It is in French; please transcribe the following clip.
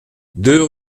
deux